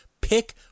Pick